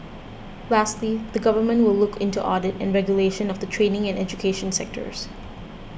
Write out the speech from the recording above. lastly the government will look into audit and regulation of the training and education sectors